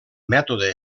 mètode